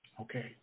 Okay